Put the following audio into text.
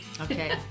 Okay